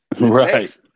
Right